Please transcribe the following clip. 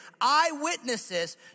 eyewitnesses